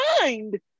mind